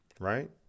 Right